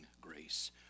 grace